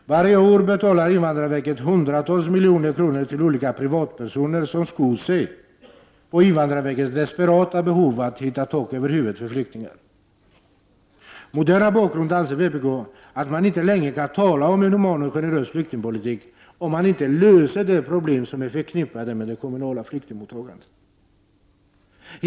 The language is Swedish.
Varje år betalar invandrarverket hundratals miljoner kronor till olika privatpersoner som skor sig på invandrarverkets desperata behov att hitta tak över huvudet för flyktingar. Mot denna bakgrund anser vpk att man inte längre kan tala om en human och generös flyktingpolitik, om man inte löser de problem som är förknippade med det kommunala flyktingmottagandet.